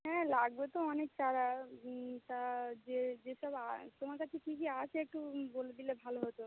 হ্যাঁ লাগবে তো অনেক চারা তা যে যেসব তোমার কাছে কী কী আছে একটু বলে দিলে ভালো হতো